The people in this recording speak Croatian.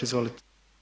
Izvolite.